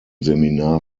seminar